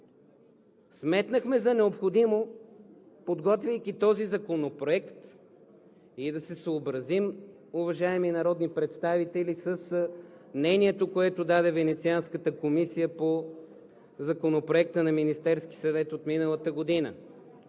Сметнахме за необходимо, подготвяйки този законопроект, да се съобразим, уважаеми народни представители, и с мнението, което даде Венецианската комисия по Законопроекта на Министерския съвет от миналата година.